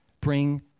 Bring